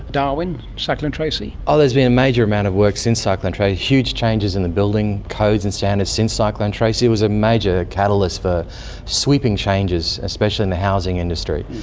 darwin, cyclone tracy? ah there's been a major amount of work since cyclone tracy, huge changes in the building codes and standards since cyclone tracy, it was a major catalyst for sweeping changes, especially in the housing industry.